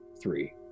three